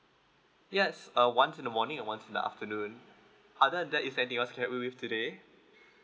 yes uh once in the morning and once in the afternoon other than that is there nything else can I help you with today